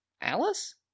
alice